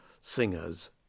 singers